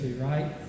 Right